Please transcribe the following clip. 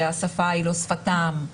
שהשפה היא לא שפתם.